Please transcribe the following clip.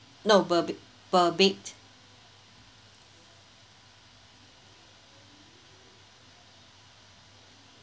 no per bed per bed